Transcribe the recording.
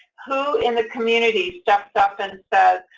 who in the community steps up and says,